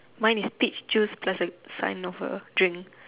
mine is peach juice plus a sign of a drink